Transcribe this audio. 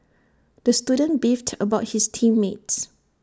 the student beefed about his team mates